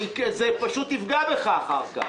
זה פשוט יפגע בך אחר כך.